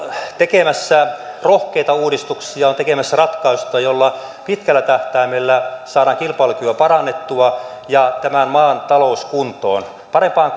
tekemässä rohkeita uudistuksia on tekemässä ratkaisuja joilla pitkällä tähtäimellä saadaan kilpailukykyä parannettua ja tämän maan talous kuntoon parempaan